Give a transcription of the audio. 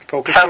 Focus